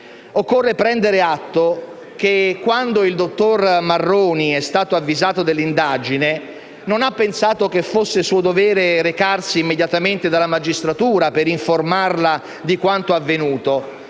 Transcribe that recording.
Occorre prendere atto che quando il dottor Marroni è stato avvisato dell'indagine non ha pensato che fosse suo dovere recarsi immediatamente dalla magistratura per informarla di quanto avvenuto,